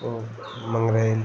और मंगरैल